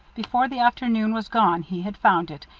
before the afternoon was gone he had found it,